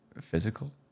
physical